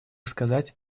сказать